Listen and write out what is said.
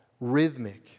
rhythmic